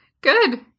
Good